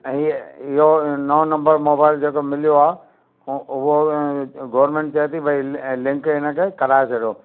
ऐं हीअ इहो नओ नम्बर मोबाइल जेको मिलियो आहे हू उहो गवर्मेंट चए थी भई लिंक इनखे कराए छॾो